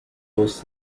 was